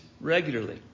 regularly